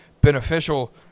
beneficial